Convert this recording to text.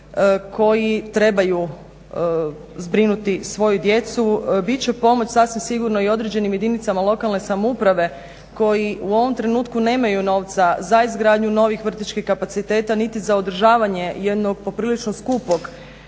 koji trebaju zbrinuti svoju djecu. Bit će pomoć sasvim sigurno i određenim jedinicama lokalne samouprave koji u ovom trenutku nemaju novca za izgradnju novih vrtićkih kapaciteta niti za održavanje jednog poprilično skupog